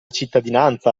cittadinanza